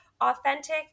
Authentic